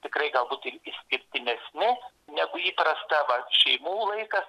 tikrai galbūt ir išskirtinesni negu įprasta vat šeimų laikas